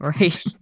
right